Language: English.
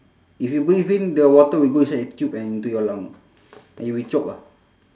if you breathe in the water will go inside the tube and into your lung and you will choke ah